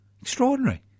Extraordinary